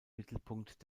mittelpunkt